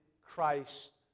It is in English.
Christ